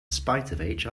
spite